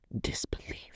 Disbelief